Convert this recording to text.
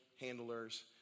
handlers